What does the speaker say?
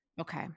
Okay